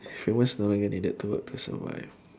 humans no longer needed to work to survive